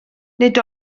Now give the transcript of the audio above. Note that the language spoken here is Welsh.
nid